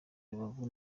rubavu